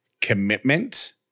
commitment